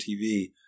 TV